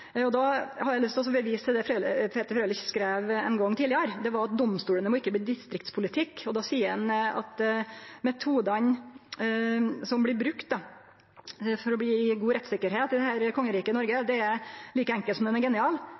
har eg lyst til å vise til det representanten Frølich skreiv ein gong tidlegare. Det var at domstolane ikkje måtte bli distriktspolitikk, og då seier han: «Metoden de bruker for å ta disse avgjørelsene er like enkel som